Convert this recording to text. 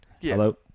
Hello